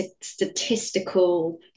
statistical